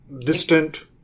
distant